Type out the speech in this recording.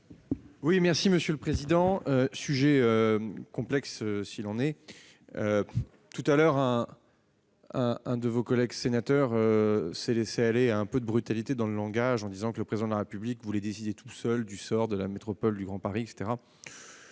Quel est l'avis du Gouvernement ? Sujet complexe s'il en est ! Tout à l'heure, un sénateur s'est laissé aller à un peu de brutalité dans le langage, en disant que le Président de la République voulait décider tout seul du sort de la métropole du Grand Paris ...